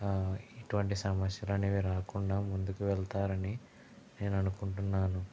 ఇటువంటి సమస్యలు అనేవి రాకుండా ముందుకు వెళ్తారని నేను అనుకుంటున్నాను